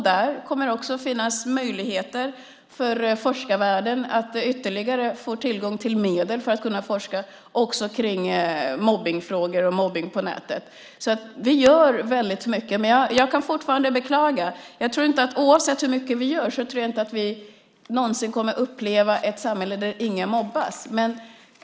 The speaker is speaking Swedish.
Där kommer också att finnas möjligheter för forskarvärlden att få ytterligare tillgång till medel för att kunna forska också kring mobbningsfrågor och mobbning på nätet. Vi gör väldigt mycket. Jag kan fortfarande beklaga, men oavsett hur mycket vi gör tror jag inte att vi någonsin kommer att uppleva ett samhälle där ingen mobbas.